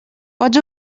pots